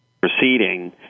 proceeding